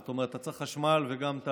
זאת אומרת, אתה צריך חשמל וגם את